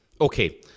Okay